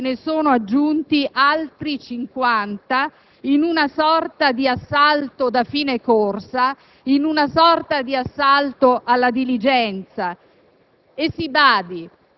nel passaggio alla Camera se ne sono aggiunti altri 50 in una sorta di assalto da fine corsa, di assalto alla diligenza